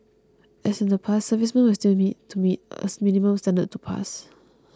as in the past servicemen will still need to meet a minimum standard to pass